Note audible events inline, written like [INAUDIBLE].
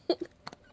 [LAUGHS]